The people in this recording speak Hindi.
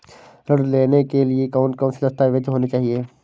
ऋण लेने के लिए कौन कौन से दस्तावेज होने चाहिए?